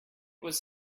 was